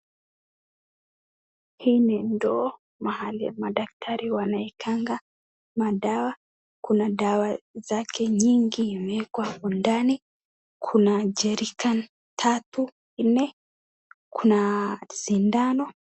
Hii ni ndoo mahali madaktari wanaekanga madawa kuna dawa zake nyingi imewekwa hapo ndani kuna jerrican tatu nne kuna sindano.